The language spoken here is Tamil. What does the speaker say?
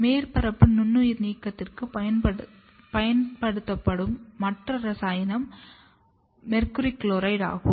மேற்பரப்பு நுண்ணுயிர் நீக்கத்திற்கு பயன்படுத்தப்படும் மற்ற இரசாயன HgCl2 ஆகும்